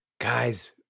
Guys